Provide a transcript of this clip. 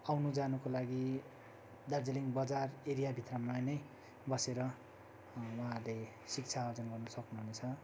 आउनुजानुको लागि दार्जिलिङ बजार एरियाभित्रमा नै बसेर उहाँहरूले शिक्षा आर्जन गर्नु सक्नुहुनेछ